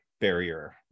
barrier